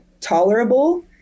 tolerable